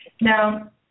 Now